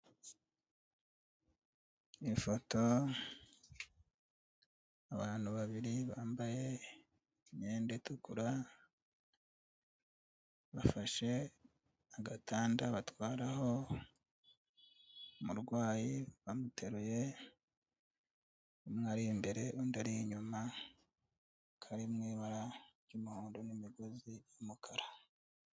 Ifoto abantu babiri bambaye imyenda itukura bafashe agatanda batwaraho umurwayi bamuteruye, umwe ari imbere undi ari inyuma kari mu ibara ry'umuhondo n'imigozi y'umukara.